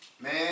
man